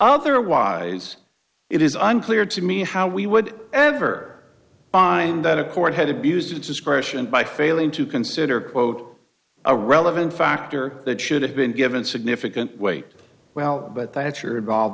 otherwise it is unclear to me how we would ever find that a court had abused its discretion by failing to consider quote a relevant factor that should have been given significant weight well but that's are involved